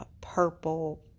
purple